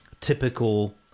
typical